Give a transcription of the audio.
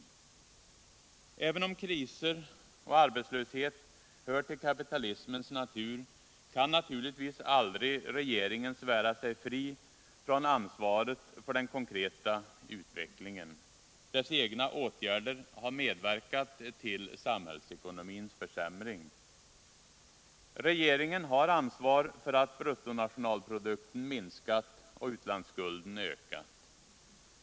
4 Även om kriser och arbetslöshet hör till kapitalismens natur, kan naturligtvis regeringen aldrig svära sig fri från ansvaret för den konkreta utvecklingen. Dess egna åtgärder har medverkat till samhällsekonomins försämring. Regeringen har ansvar för att bruttonationalprodukten minskat och utlandsskulden ökat.